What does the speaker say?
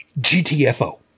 GTFO